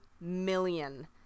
million